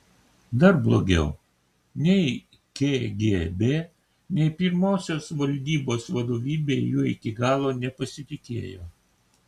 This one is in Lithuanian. dar blogiau nei kgb nei pirmosios valdybos vadovybė juo iki galo nepasitikėjo